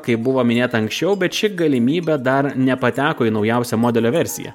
kaip buvo minėta anksčiau bet ši galimybė dar nepateko į naujausio modelio versiją